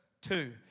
two